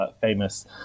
famous